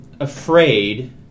afraid